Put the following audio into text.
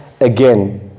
again